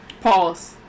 Pause